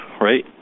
right